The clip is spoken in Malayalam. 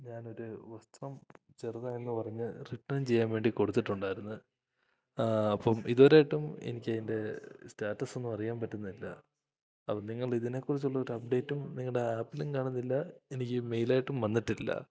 ഞാൻ ഒരു വസ്ത്രം ചെറുതാണെന്ന് പറഞ്ഞ് റിട്ടേൺ ചെയ്യാൻ വേണ്ടി കൊടുത്തിട്ടുണ്ടായിരുന്നു അപ്പം ഇതുവരെ ആയിട്ടും എനിക്ക് അതിൻ്റെ സ്റ്റാറ്റസൊന്നും അറിയാൻ പറ്റുന്നില്ല അപ്പം നിങ്ങളുടെ ഇതിനെക്കുറിച്ച് ഉള്ളൊരപ്ഡേറ്റും നിങ്ങടാപ്പിലും കാണുന്നില്ല എനിക്ക് മെയ്ലായ്ട്ടും വന്നിട്ടില്ല